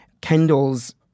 Kendall's